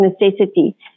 necessity